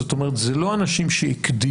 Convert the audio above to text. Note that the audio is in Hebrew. זאת אומרת זה לא אנשים שהקדימו,